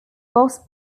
boss